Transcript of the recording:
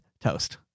Toast